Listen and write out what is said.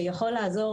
שיכול לעזור,